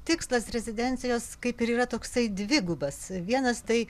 tikslas rezidencijos kaip ir yra toksai dvigubas vienas tai